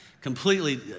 completely